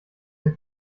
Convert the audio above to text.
den